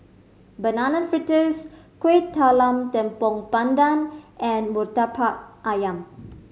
Banana Fritters Kueh Talam Tepong Pandan and Murtabak Ayam